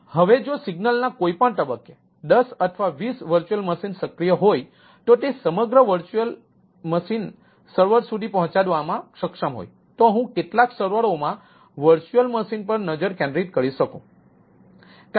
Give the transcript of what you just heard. હવે જો સિગ્નલના કોઈપણ તબક્કે 10 અથવા 20 VM સક્રિય હોય તો તે સમગ્ર VM સર્વર સુધી પહોંચાડવામાં સક્ષમ હોય અથવા હું કેટલાક સર્વરોમાં VM પર નજર કેન્દ્રિત કરી શકું